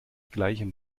gleichem